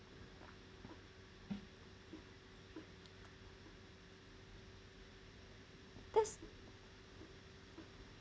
that's